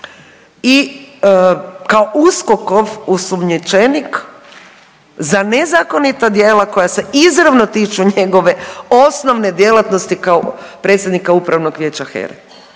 i kao USKOK-ov osumnjičenik za nezakonita djela koja se izravno tiču njegove osnovne djelatnosti kao predsjednika Upravnog vijeća HERA-e.